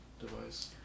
device